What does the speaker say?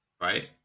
right